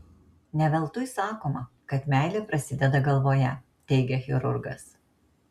ne veltui sakoma kad meilė prasideda galvoje teigia chirurgas